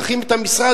צריכים את המשרד,